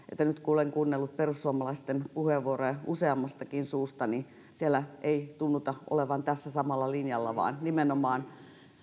nyt kun olen kuunnellut perussuomalaisten puheenvuoroja useammastakin suusta että siellä ei tunnuta olevan tässä samalla linjalla vaan nimenomaan